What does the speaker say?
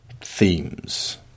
themes